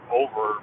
over